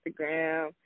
Instagram